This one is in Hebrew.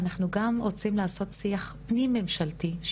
אנחנו גם רוצים לעשות שיח פנים ממשלתי,